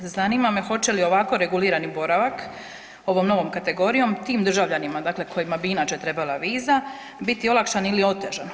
Zanima me hoće li ovako regulirani boravak, ovom novom kategorijom, tim državljanima, dakle kojima bi inače trebala viza, biti olakšah ili otežan?